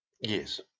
Yes